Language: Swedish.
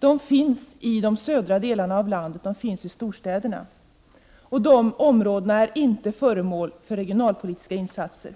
måste nämligen vidtas i de södra delarna av landet, i storstäderna. Och de områdena är inte föremål för regionalpolitiska insatser.